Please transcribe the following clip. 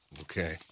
Okay